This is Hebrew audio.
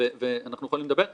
וההסברה גם,